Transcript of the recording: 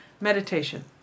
Meditation